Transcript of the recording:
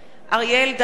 אריה אלדד,